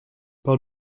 par